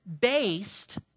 based